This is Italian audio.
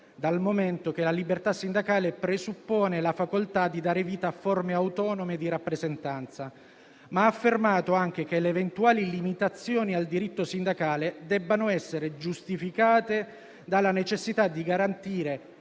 dal momento che la libertà sindacale presuppone la facoltà di dare vita a forme autonome di rappresentanza, ma ha affermato anche che le eventuali limitazioni al diritto sindacale debbano essere giustificate dalla necessità di garantire